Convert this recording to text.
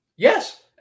Yes